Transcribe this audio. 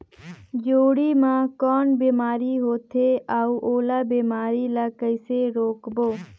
जोणी मा कौन बीमारी होथे अउ ओला बीमारी ला कइसे रोकबो?